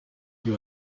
you